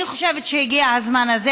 אני חושבת שהגיע הזמן הזה.